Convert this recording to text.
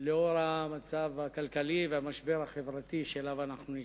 לאור המצב הכלכלי והמשבר החברתי שאליו אנחנו נקלעים.